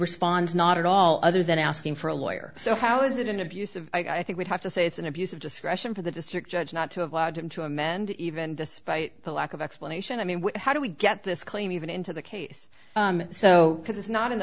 responds not at all other than asking for a lawyer so how is it an abuse of i think we'd have to say it's an abuse of discretion for the district judge not to have lodging to amend even despite the lack of explanation i mean how do we get this claim even into the case so because it's not in the